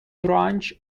branch